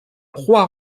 trois